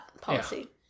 policy